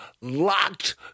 locked